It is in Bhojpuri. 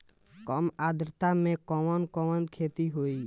कम आद्रता में कवन कवन खेती होई?